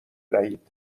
دهید